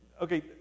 okay